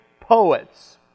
poets